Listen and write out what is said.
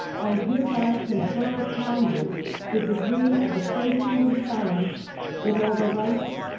i hereby confer upon you the degree of associate in science with all the rights,